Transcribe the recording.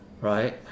right